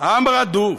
עם רדוף,